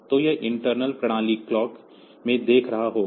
तो यह इंटर्नल प्रणाली क्लॉक में देख रहा होगा